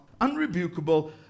unrebukable